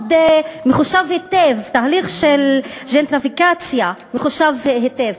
מחושב היטב, מאוד, תהליך ג'נטריפיקציה מחושב היטב.